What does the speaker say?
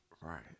right